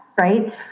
right